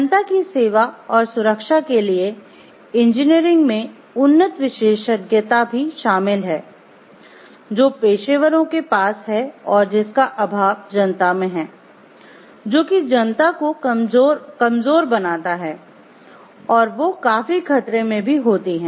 जनता की सेवा और सुरक्षा के लिए इंजीनियरिंग में उन्नत विशेषज्ञता भी शामिल है जो पेशेवरों के पास है और जिसका अभाव जनता मे है जो कि जनता को कमजोर बनाता है और वो काफी खतरे में भी होती हैं